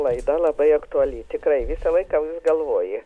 laida labai aktuali tikrai visą laiką vis galvoji